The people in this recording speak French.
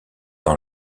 dans